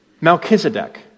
Melchizedek